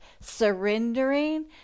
surrendering